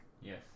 yes